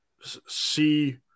see